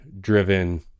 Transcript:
driven